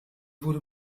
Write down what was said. wurde